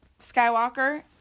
Skywalker